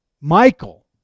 Michael